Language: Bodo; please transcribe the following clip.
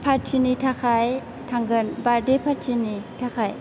पार्टि नि थाखाय थांगोन बारदे पार्टि नि थाखाय